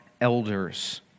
elders